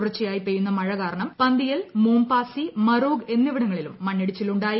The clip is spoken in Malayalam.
തുടർച്ചയായി പെയ്യുന്ന മഴ കാരണം പന്തിയൽ മോം പാസി മരോഗ് എന്നിവിടങ്ങളിലും മണ്ണിടിച്ചിലുണ്ടായി